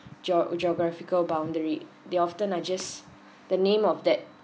geo~ geographical boundary they often are just the name of that